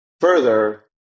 Further